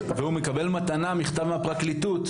והוא מקבל מתנה מכתב מהפרקליטות,